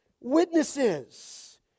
Witnesses